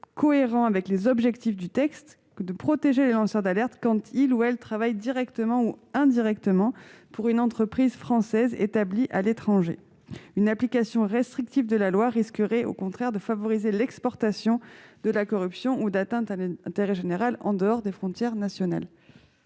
cohérent avec les objectifs du texte de protéger les lanceurs d'alerte quand ils, ou elles, travaillent directement ou indirectement pour une entreprise française établie à l'étranger. Une application restrictive de la loi risquerait, au contraire, de favoriser l'exportation de la corruption ou des atteintes à l'intérêt général en dehors des frontières nationales.